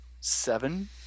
seven